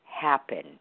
happen